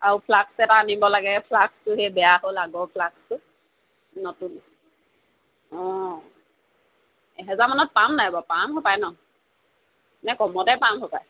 আৰু ফ্লাক্স এটা আনিব লাগে ফ্লাক্সটো সেই বেয়া হ'ল আগৰ ফ্লাক্সটো নতুন অঁ এহেজাৰ মানত পাম নাই বাৰু পাম হপায় নহ্ নে কমতে পাম হপায়